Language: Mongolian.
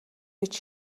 гэж